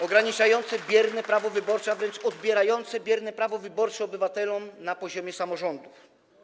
ograniczającymi bierne prawo wyborcze, a wręcz odbierającymi bierne prawo wyborcze obywatelom na poziomie samorządów.